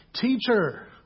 teacher